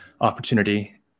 opportunity